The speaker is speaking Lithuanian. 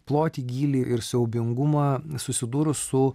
plotį gylį ir siaubingumą susidūrus su